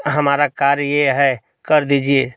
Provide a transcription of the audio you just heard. हमारा कार्य ये है कर दीजिए